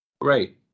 great